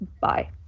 bye